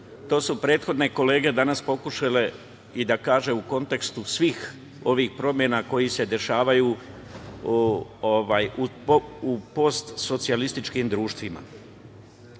To su prethodne kolege danas pokušale i da kažu u kontekstu svih ovih promena koje se dešavaju u post-socijalističkim društvima. Mi